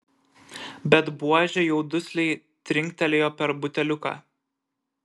bet buožė jau dusliai trinktelėjo per buteliuką